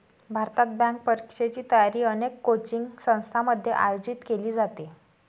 भारतात, बँक परीक्षेची तयारी अनेक कोचिंग संस्थांमध्ये आयोजित केली जाते